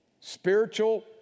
spiritual